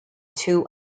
two